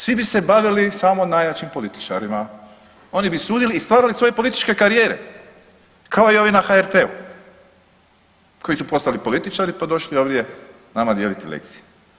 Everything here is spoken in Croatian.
Svi bi se bavili samo najjačim političarima, oni bi sudili i stvarali svoje političke karijere, kao i ovi na HRT-u koji su postali političari, pa došli ovdje nama dijeliti lekcije.